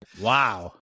Wow